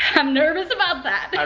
i'm nervous about that. i